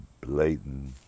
blatant